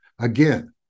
Again